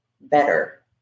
better